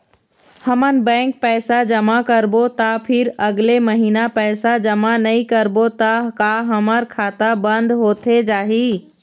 हमन बैंक पैसा जमा करबो ता फिर अगले महीना पैसा जमा नई करबो ता का हमर खाता बंद होथे जाही?